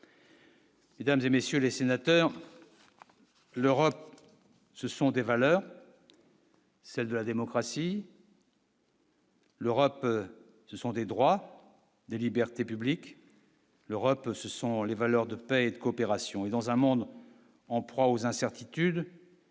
Mesdames et messieurs les sénateurs, l'Europe, ce sont des valeurs. Celle de la démocratie. L'Europe, ce sont des droits et des libertés publiques, l'Europe, ce sont les valeurs de paix et de coopération, et dans un monde en proie aux incertitudes.